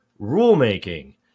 rulemaking